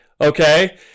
okay